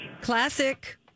Classic